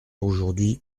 aujourd’hui